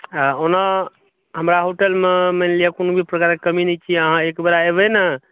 आ ओना हमरा होटलमे मानि लिअ कोनो भी प्रकारके कमी नहि छै अहाँ एकबेर एबै ने